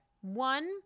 one